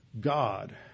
God